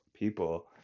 people